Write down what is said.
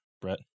Brett